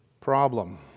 Problem